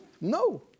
no